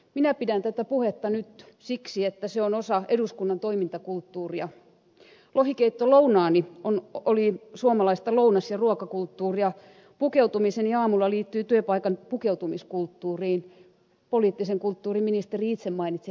minä pidän tätä puhetta nyt siksi että se on osa eduskunnan toimintakulttuuria lohikeittolounaani oli suomalaista lounas ja ruokakulttuuria pukeutumiseni aamulla liittyy työpaikan pukeutumiskulttuuriin poliittisen kulttuurin ministeri itse mainitsi hetki sitten